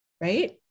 right